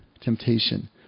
temptation